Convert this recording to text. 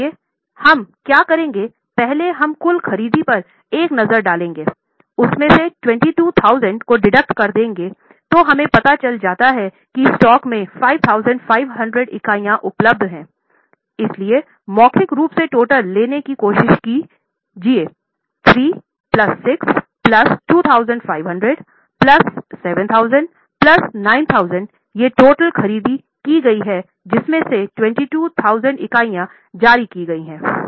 इसलिए हम क्या करेंगे पहले हम कुल खरीदी पर एक नजर डालेंगे उसमें से 22000 को डिडक्ट कर दें गये तो हमें पता चलता है कि स्टॉक में 5500 इकाइयाँ उपलब्ध हैं इसलिए मौखिक रूप से टोटल लेने की कोशिश कीजिए 3 प्लस 6 प्लस 2500 प्लस 7000 प्लस 9000 ये टोटल खरीदी की गई है जिसमें से 22000 इकाइयाँ जारी की गई हैं